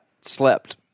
slept